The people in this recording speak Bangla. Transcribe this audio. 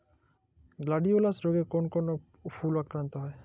গ্লাডিওলাস রোগে কোন কোন ফুল আক্রান্ত হয়?